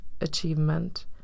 achievement